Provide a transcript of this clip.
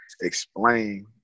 explain